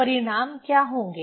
परिणाम क्या होंगे